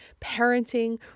parenting